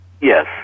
Yes